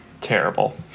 Terrible